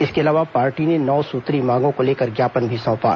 इसके अलावा पार्टी ने नौ सूत्रीय मांगों को लेकर ज्ञापन भी सौंपा